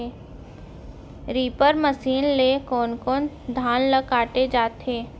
Reaper machine ले कोन कोन धान ल काटे जाथे?